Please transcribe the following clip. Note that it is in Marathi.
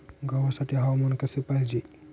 गव्हासाठी हवामान कसे पाहिजे?